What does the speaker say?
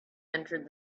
entered